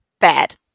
bad